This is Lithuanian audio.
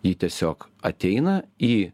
ji tiesiog ateina į